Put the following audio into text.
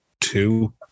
two